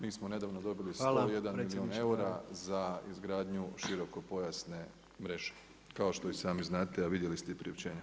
Mi smo nedavno dobili 101 milijun eura [[Upadica Predsjednik: Hvala vam predsjedniče Vlade.]] za izgradnju širokopojasne mreže, kao što i sami znate, a vidjeli ste i priopćenja.